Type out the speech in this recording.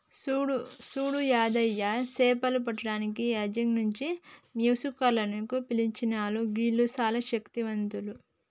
సూడు యాదయ్య సేపలు పట్టటానికి వైజాగ్ నుంచి మస్త్యకారులను పిలిపించాను గీల్లు సానా శక్తివంతులు